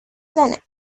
planet